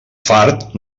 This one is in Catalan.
fart